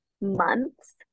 months